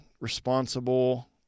responsible